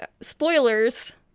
Spoilers